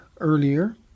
earlier